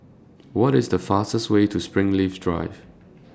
What IS The fastest Way to Springleaf Drive